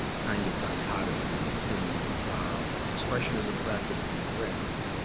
kind of, dichotomy, between expressionism practiced in france,